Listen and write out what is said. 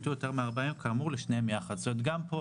יופחתו יותר מארבעה ימים כאמור לשניהם יחד." גם פה,